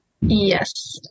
Yes